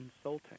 insulting